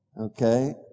okay